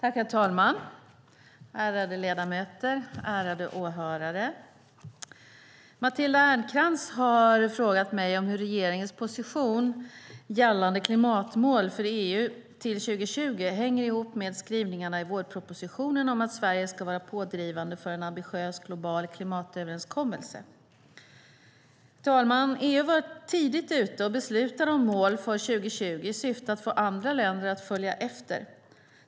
Herr talman! Ärade ledamöter! Ärade åhörare! Matilda Ernkrans har frågat mig om hur regeringens position gällande klimatmål för EU till 2020 hänger ihop med skrivningarna i vårpropositionen om att Sverige ska vara pådrivande för en ambitiös global klimatöverenskommelse. Herr talman! EU var tidigt ute och beslutade om mål för 2020 i syfte att få andra länder att följa efter.